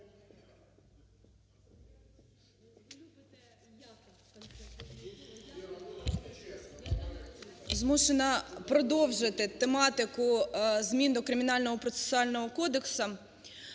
Змушена продовжити тематику змін до Кримінально-процесуального кодексу.